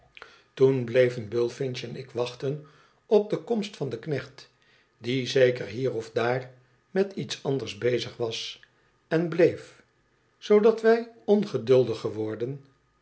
uur bleven bullfinch en ik wachten op de komst van den knecht die zeker hier of daar met iets anders bezig was en bleef zoodat wij ongeduldig geworden